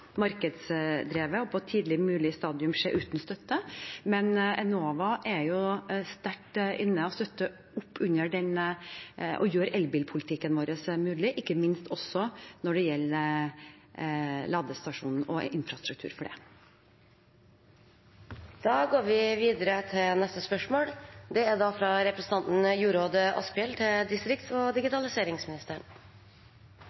markedsdrevet og på et tidligst mulig stadium skje uten støtte, men Enova er sterkt inne når det gjelder å gjøre elbilpolitikken vår mulig, ikke minst også når det gjelder ladestasjoner og infrastruktur for det. Først vil jeg benytte anledningen til å gratulere statsråd Hofstad Helleland som nyoppnevnt distrikts- og digitaliseringsminister. Dette er en nyopprettet post i regjeringen, og